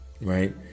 Right